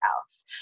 else